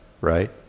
right